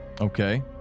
Okay